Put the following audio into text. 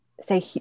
say